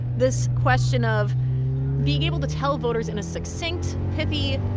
this question of being able to tell voters in a succinct, pithy,